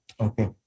Okay